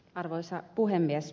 arvoisa puhemies